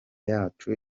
yacu